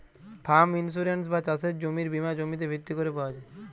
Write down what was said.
farm insurance বা চাসের জমির বীমা জমিতে ভিত্তি ক্যরে পাওয়া যায়